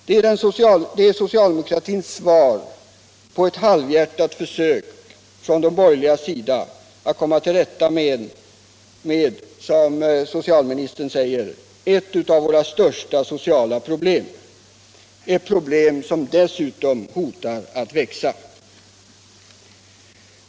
Det är socialdemokratins svar på ett halvhjärtat försök från de borgerligas sida att komma till rätta med, som socialministern säger, ”ett av våra största sociala problem” — ett problem som dessutom hotar att växa.